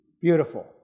beautiful